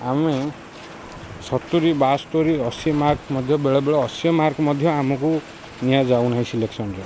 ଆମେ ସତୁରି ବାସ୍ତୋରି ଅଶୀ ମାର୍କ ମଧ୍ୟ ବେଳେ ବେଳେ ଅଶୀ ମାର୍କ ମଧ୍ୟ ଆମକୁ ନିଆଯାଉନାହିଁ ସିଲେକ୍ସନ୍ରେ